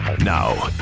Now